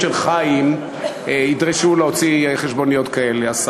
של חיים" יידרשו להוציא חשבוניות כאלה,